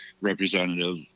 Representative